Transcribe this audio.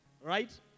Right